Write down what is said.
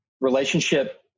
relationship